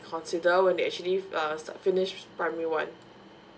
consider when they're actually err stop finish primary one